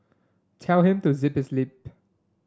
tell him to zip his lip